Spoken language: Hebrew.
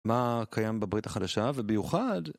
מה קיים בברית החדשה? וביוחד